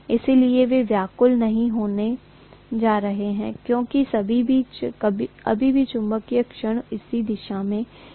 इसलिए वे व्याकुल नहीं होने जा रहे क्योंकि अभी भी चुंबकीय क्षण उसी दिशा में है